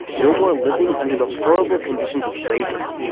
no more living under the horrible conditions of slavery.